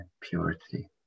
purity